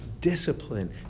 discipline